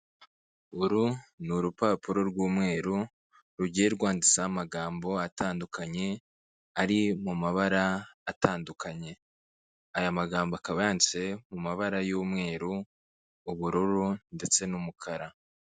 Uru ni urupapuro rw'umweru rugiye rwanditseho amagambo atandukanye ari mu mabara atandukanye, aya magambo akaba yanditse mu mabara y'umweru, ubururu ndetse n'umukara.